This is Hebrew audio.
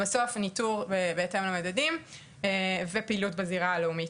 בסוף, ניטור בהתאם למדדים ופעילות בזירה הלאומית.